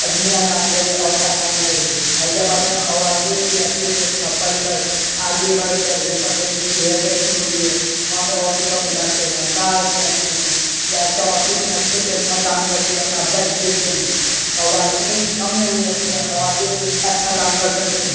آدمیوں کام کریں عورتیں کام نہ کرے حیدرآباد میں خواتین بھی اچّھے سے اچّھا پڑھ کر آگے بڑھ کر جیسا سن سٹی ہے گچھی بولی ہے وہاں پہ آفسوں میں جاتے ہیں کار میں جاتے ہیں جا کے آفس میں اچّھے سے اچھا کام کر کے اپنا بیسٹ دیتے ہیں خواتین کم نہیں ہوتی ہے خواتین بھی اچھا کام کر سکتی ہے